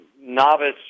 novice